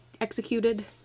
executed